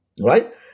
right